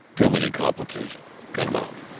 too many complications! cut em out!